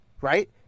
right